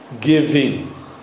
giving